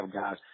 guys